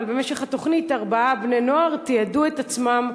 אבל במשך התוכנית ארבעה בני-נוער תיעדו את עצמם,